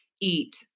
eat